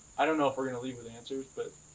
i don't know if we're going to leave with answers, but